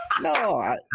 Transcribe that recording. No